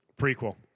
Prequel